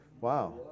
Wow